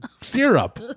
syrup